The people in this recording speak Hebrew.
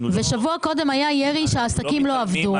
שבוע קודם היה ירי שהעסקים לא עבדו.